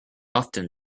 often